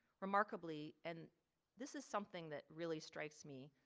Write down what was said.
remarkably, and this is something that really strikes me.